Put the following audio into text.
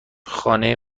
خانه